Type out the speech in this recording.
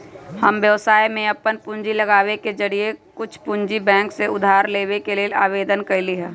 हम व्यवसाय में अप्पन पूंजी लगाबे के जौरेए कुछ पूंजी बैंक से उधार लेबे के लेल आवेदन कलियइ ह